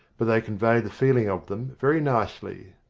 but they convey the feeling of them very nicely.